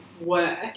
work